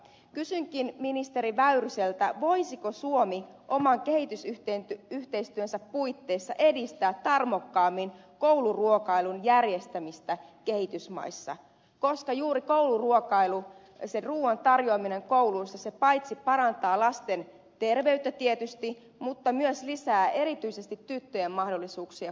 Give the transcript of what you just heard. kysynkin ministeri väyryseltä voisiko suomi oman kehitysyhteistyönsä puitteissa edistää tarmokkaammin kouluruokailun järjestämistä kehitysmaissa koska juuri kouluruokailu sen ruuan tarjoaminen kouluissa paitsi parantaa lasten terveyttä tietysti myös lisää erityisesti tyttöjen mahdollisuuksia koulunkäyntiin